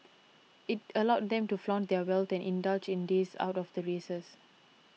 it allowed them to flaunt their wealth and indulge in days out of the races